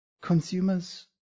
consumers